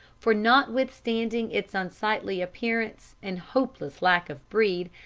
for notwithstanding its unsightly appearance and hopeless lack of breed,